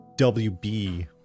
WB